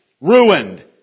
ruined